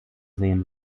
sehen